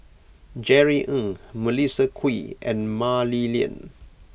Jerry Ng Melissa Kwee and Mah Li Lian